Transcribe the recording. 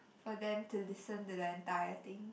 for them to listen to the entire thing